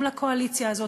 גם לקואליציה הזאת,